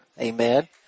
Amen